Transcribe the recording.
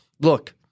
look